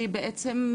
שהיא בעצם,